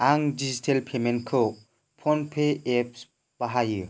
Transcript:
आं दिजिटेल पेमेन्टखौ PhonePe apps बाहायो